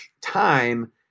time